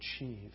achieve